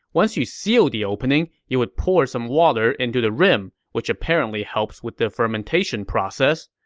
once you seal the opening, you would pour some water into the rim, which apparently helps with the fermentation process.